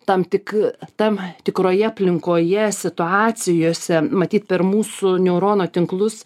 tam tik tam tikroje aplinkoje situacijose matyt per mūsų neurono tinklus